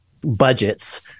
budgets